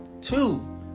Two